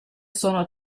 sono